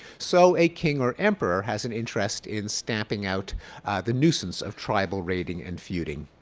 so a king or emperor has an interest in stamping out the nuisance of tribal raiding and feuding.